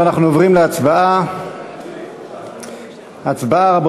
אנחנו עוברים להצבעה, רבותי.